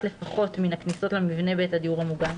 לפחות מן הכניסות למבנה בית הדיור המוגן,